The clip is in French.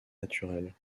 naturels